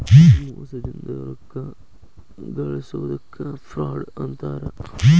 ಮೋಸದಿಂದ ರೊಕ್ಕಾ ಗಳ್ಸೊದಕ್ಕ ಫ್ರಾಡ್ ಅಂತಾರ